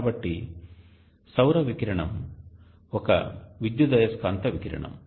కాబట్టి సౌర వికిరణం ఒక విద్యుదయస్కాంత వికిరణం